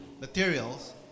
materials